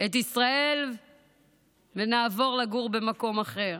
את ישראל ונעבור לגור במקום אחר,